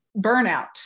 burnout